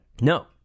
No